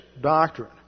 doctrine